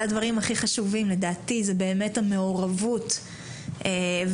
אחד הדברים הכי חשובים לדעתי הוא המעורבות והפעילות,